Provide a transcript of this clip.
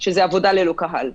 שזה עבודה ללא קהל.